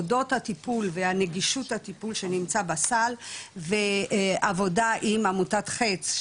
הודות לטיפול ונגישות הטיפול שנמצא בסל ועבודה עם עמותת חץ,